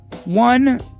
One